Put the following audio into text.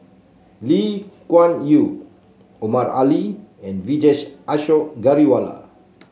Lee Kuan Yew Omar Ali and Vijesh Ashok Ghariwala